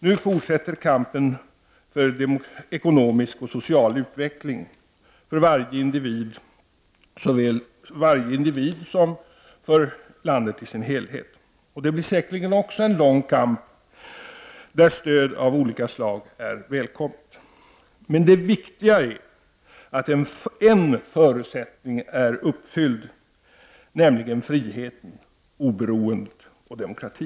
Nu fortsätter kampen för eko nomisk och social utveckling, för varje individ såväl som för landet i dess helhet. Också detta blir säkerligen en lång kamp, där stöd av olika slag är välkomna. Det viktiga är emellertid att en förutsättning är uppfylld, nämligen friheten, oberoendet och demokratin.